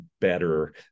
better